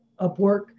Upwork